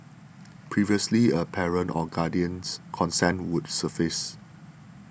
previously a parent or guardian's consent would suffice